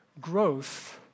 growth